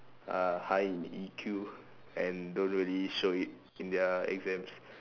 are high in E_Q and don't really show it in their exams